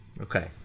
Okay